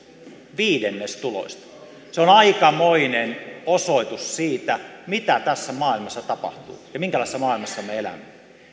viidennes tuloista se on aikamoinen osoitus siitä mitä tässä maailmassa tapahtuu ja minkälaisessa maailmassa me elämme